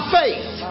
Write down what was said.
faith